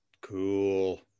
cool